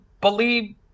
believe